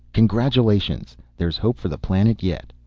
congratulations, there's hope for the planet yet.